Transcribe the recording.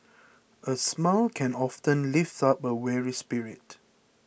a smile can often lift up a weary spirit